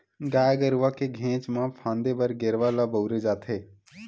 गाय गरुवा के घेंच म फांदे बर गेरवा ल बउरे जाथे